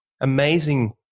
amazing